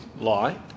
lie